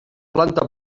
planta